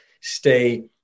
stay